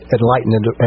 enlightened